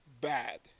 bad